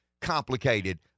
complicated